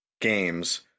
games